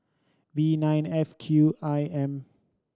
V nine F Q I M